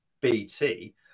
BT